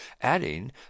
adding